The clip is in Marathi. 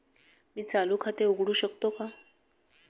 मी चालू खाते उघडू शकतो का?